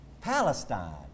Palestine